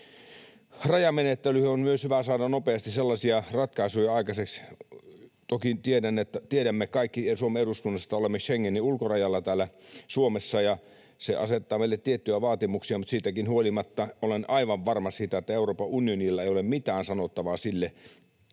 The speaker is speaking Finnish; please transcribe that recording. Rajamenettelyyn on myös hyvä saada nopeasti ratkaisuja aikaiseksi. Toki tiedämme kaikki Suomen eduskunnassa, että olemme Schengenin ulkorajalla täällä Suomessa ja se asettaa meille tiettyjä vaatimuksia, mutta siitäkin huolimatta olen aivan varma siitä, että Euroopan unionilla ei ole mitään sanottavaa siihen,